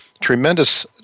tremendous